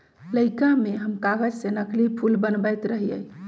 लइरका में हम कागज से नकली फूल बनबैत रहियइ